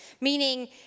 Meaning